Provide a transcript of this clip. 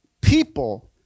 people